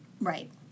Right